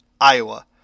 Iowa